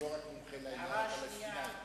הערה שנייה: